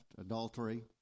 adultery